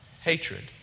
hatred